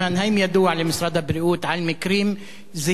האם ידוע למשרד הבריאות על מקרים זהים